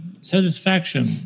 Satisfaction